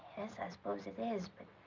yes, i suppose it is, but.